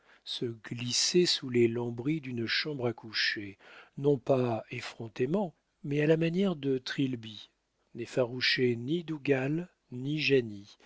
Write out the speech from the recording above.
se glisser sous les lambris d'une chambre à coucher non pas effrontément mais à la manière de trilby n'effaroucher ni dougal ni